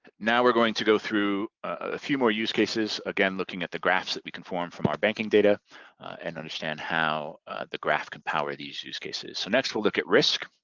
now we're going to go through a few more use cases again looking at the graphs that we can form from our banking data and understand how the graph can power these use cases. so next we'll look at risk.